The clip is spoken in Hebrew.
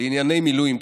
לענייני מילואים,